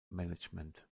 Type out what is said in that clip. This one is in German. management